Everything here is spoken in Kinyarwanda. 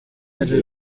hari